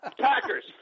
Packers